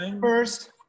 first